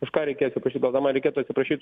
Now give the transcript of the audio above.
už ką reikia atsiprašyt gal dar man reikėtų atsiprašyt